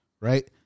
right